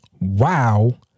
wow